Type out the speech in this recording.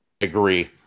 Agree